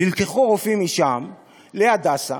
נלקחו רופאים משם להדסה,